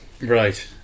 Right